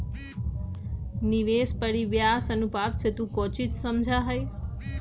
निवेश परिव्यास अनुपात से तू कौची समझा हीं?